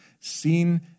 seen